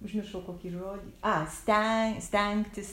užmiršau kokį žodį a sten stengtis